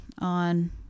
on